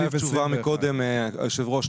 תשובה מקודם, היושב ראש.